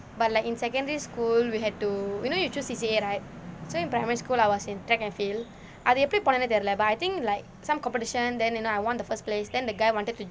but like in secondary school we had to you know you choose C_C_A right so in primary school I was in track and field அது எப்படி போனேனே தெரியில்லே:athu eppadi ponene theriyille but I think like some competition then you know I won the first place then the guy wanted to